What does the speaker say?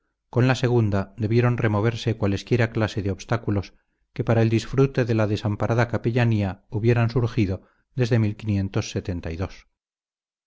con la segunda debieron removerse cualesquiera clase de obstáculos que para el disfrute de la desamparada capellanía hubieran surgido desde no obstante